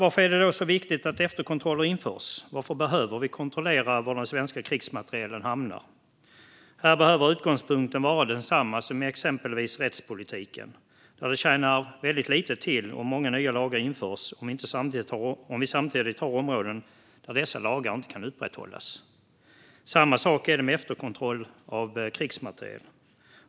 Varför är det då så viktigt att efterkontroller införs? Varför behöver vi kontrollera var den svenska krigsmaterielen hamnar? Här behöver utgångspunkten vara densamma som i exempelvis rättspolitiken, där det tjänar väldigt lite till att många nya lagar införs om vi samtidigt har områden där dessa lagar inte kan upprätthållas. Samma sak är det med efterkontroll av krigsmateriel.